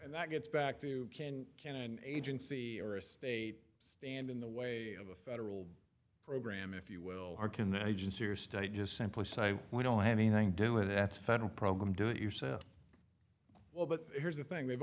that gets back to can can and agency or a state stand in the way of a federal program if you will or can the agency or state just simply say we don't have anything do with that federal program do it yourself well but here's the thing they've